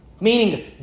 Meaning